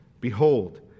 Behold